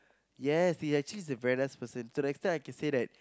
yes he actually is a very nice person to the extent I can say that